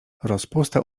rozpusta